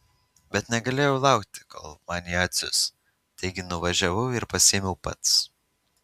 bet negalėjau laukti kol man ją atsiųs taigi nuvažiavau ir pasiėmiau pats